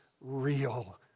real